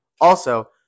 Also-